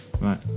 Right